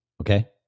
Okay